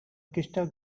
crystal